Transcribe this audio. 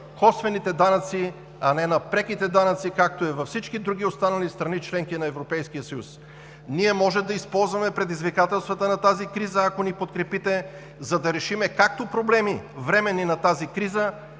косвените данъци, а не на преките данъци, както е във всички други останали страни – членки на Европейския съюз. Ние можем да използваме предизвикателствата на тази криза, ако ни подкрепите, за да решим както временни проблеми на тази криза,